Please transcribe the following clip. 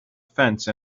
fence